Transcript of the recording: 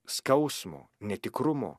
skausmo netikrumo